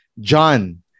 John